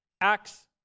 Acts